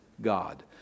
God